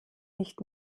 nicht